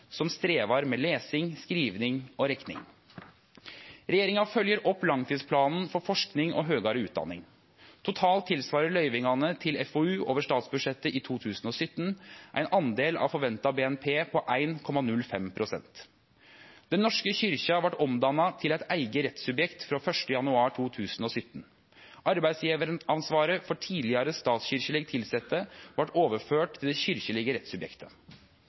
som strevar med lesing, skriving og rekning. Regjeringa følgjer opp langtidsplanen for forsking og høgare utdanning. Totalt svarer løyvingane til FoU over statsbudsjettet i 2017 til ein del av forventa BNP på 1,05 pst. Den norske kyrkja vart omdanna til eit eige rettssubjekt frå 1. januar 2017. Arbeidsgjevaransvaret for tidlegare statskyrkjeleg tilsette vart overført til det